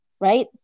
right